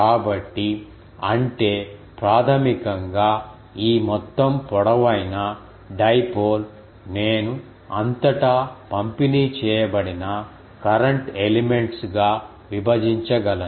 కాబట్టి అంటే ప్రాథమికంగా ఈ మొత్తం పొడవైన డైపోల్ నేను అంతటా పంపిణీ చేయబడిన కరెంట్ ఎలిమెంట్స్ గా విభజించ గలను